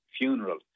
funeral